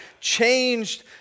changed